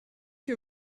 que